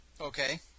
Okay